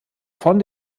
von